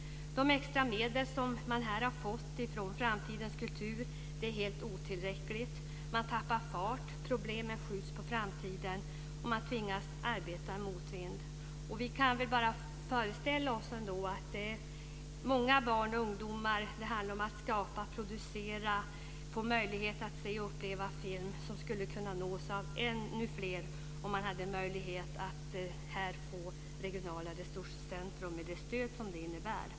De extra medel som man där har fått från Framtidens kultur är helt otillräckligt. Man tappar fart, problemen skjuts på framtiden och man tvingas arbeta i motvind. Vi kan bara föreställa oss vad det betyder för många barn och ungdomar. Det handlar om att skapa, producera, få möjlighet att se och uppleva film som skulle kunna nås av ännu fler om man hade möjlighet att få regionala resurscentrum med det stöd som det innebär.